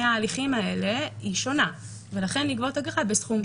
ההליכים האלה היא שונה ולכן נגבות אגרות בסכום שונה.